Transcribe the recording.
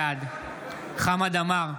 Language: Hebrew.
בעד חמד עמאר,